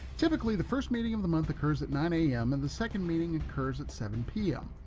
typically the first meeting of the month occurs at nine am. and the second meeting occurs at seven pm.